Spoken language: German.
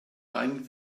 rein